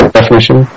definition